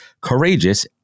courageous